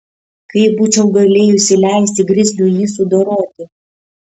kaip būčiau galėjusi leisti grizliui jį sudoroti